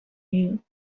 you